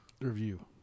Review